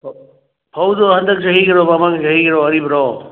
ꯐꯧꯗꯣ ꯍꯟꯗꯛ ꯆꯍꯤꯒꯤꯔꯣ ꯃꯃꯥꯡ ꯆꯍꯤꯒꯤꯔꯣ ꯑꯔꯤꯕꯔꯣ